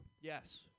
Yes